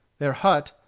their hut,